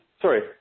sorry